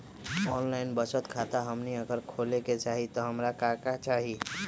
Online बचत खाता हमनी अगर खोले के चाहि त हमरा का का चाहि?